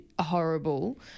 horrible